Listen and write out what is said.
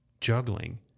juggling